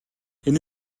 энэ